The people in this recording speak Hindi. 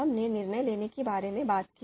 हमने निर्णय लेने के बारे में बात की